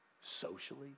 socially